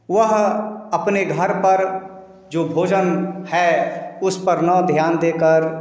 वह अपने घर पर जो भोजन है उस पर ना ध्यान देकर